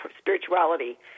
spirituality